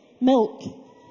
Milk